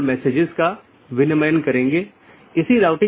यह BGP का समर्थन करने के लिए कॉन्फ़िगर किया गया एक राउटर है